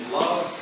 love